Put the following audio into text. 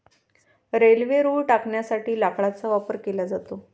railway रुळ टाकण्यासाठी लाकडाचा वापर केला जातो